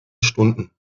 stunden